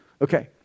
Okay